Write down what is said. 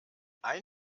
ein